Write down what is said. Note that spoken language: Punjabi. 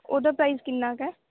ਉਹਦਾ ਪ੍ਰਾਈਜ਼ ਕਿੰਨਾ ਕੁ ਹੈ